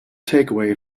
takeaway